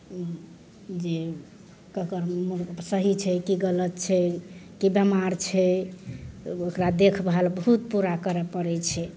जे ककर सही छै कि गलत छै कि बेमार छै ओकरा देखभाल बहुत पूरा करऽ पड़ैत छै